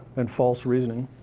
and false reasoning.